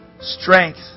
strength